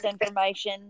information